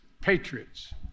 patriots